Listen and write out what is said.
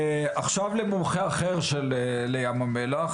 עכשיו למומחה אחר לים המלח,